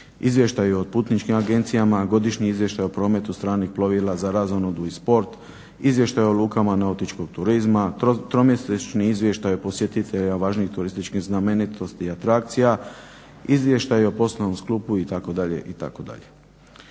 izvještaji o putničkim agencijama, godišnji izvještaj o prometu stranih plovila za razonodu i sport, izvještaji o lukama nautičkog turizma, tromjesečni izvještaj posjetitelja važnijih turističkih znamenitosti i atrakcija, izvještaji o … itd.